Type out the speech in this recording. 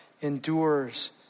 endures